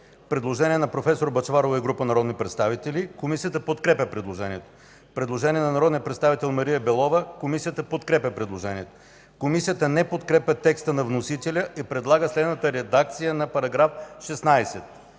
представител Светла Бъчварова и група народни представители. Комисията подкрепя предложението. Предложение на народния представител Мария Белова. Комисията подкрепя предложението. Комисията не подкрепя текста на вносителя и предлага следната редакция на § 13: „§ 13.